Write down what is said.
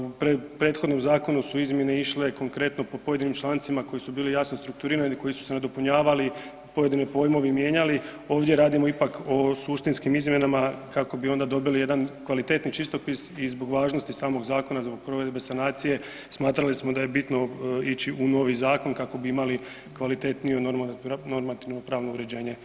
U prethodnom zakonu su izmjene išle konkretno po pojedinim člancima koji su bili jasno strukturirani, koji su se nadopunjavali pojedini pojmovi mijenjali, ovdje radimo ipak o suštinskim izmjenama kako bi onda dobili jedan kvalitetni čistopis i zbog važnosti samog zakona zbog provedbe sanacije smatrali smo da je bitno ići u novi zakon kako bi imali kvalitetniju normativno pravno uređenje tematike.